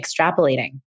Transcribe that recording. extrapolating